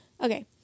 Okay